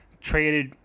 traded